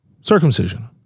circumcision